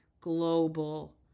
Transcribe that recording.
global